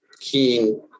keen